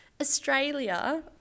Australia